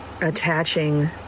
attaching